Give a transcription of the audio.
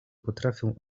potrafią